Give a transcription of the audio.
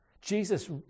Jesus